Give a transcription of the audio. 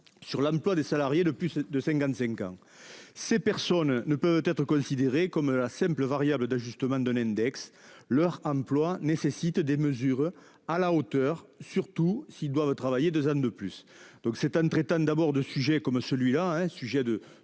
Sur l'emploi des salariés de plus de 55 ans. Ces personnes ne peut être considéré comme la simple variable d'ajustement de l'index leur emploi nécessite des mesures à la hauteur, surtout s'ils doivent travailler 2 ans de plus. Donc c'est un traitant d'abord de sujets comme celui-là, un sujet de